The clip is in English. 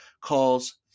calls